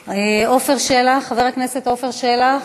חבר הכנסת עפר שלח,